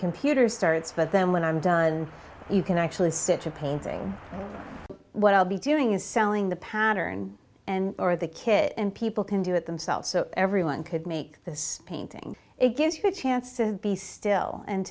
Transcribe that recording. computer starts but then when i'm done you can actually sit a painting what i'll be doing is selling the pattern and or the kid and people can do it themselves so everyone could make this painting it gives you a chance to be still and